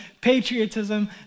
patriotism